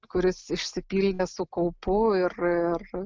kuris išsipildė su kaupu ir ir